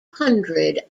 hundred